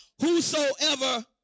whosoever